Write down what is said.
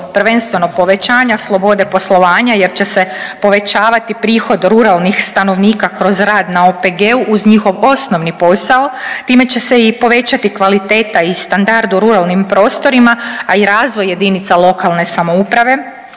prvenstveno povećanja slobode poslovanja jer će se povećavati prihod ruralnih stanovnika kroz rad na OPG-u uz njihov osnovni posao. Time će se i povećati kvaliteta i standard u ruralnim prostorima, a i razvoj jedinica lokalne samouprave